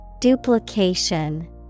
Duplication